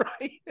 right